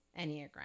Enneagram